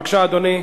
בבקשה, אדוני.